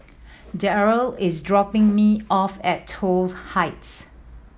Darryl is dropping me off at Toh Heights